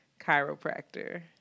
chiropractor